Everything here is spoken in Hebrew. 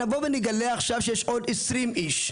נבוא ונגלה עכשיו שיש עוד עשרים איש,